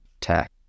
tech